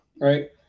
right